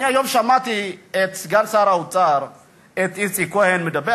אני היום שמעתי את סגן שר האוצר איציק כהן מדבר